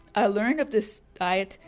i learned of this diet,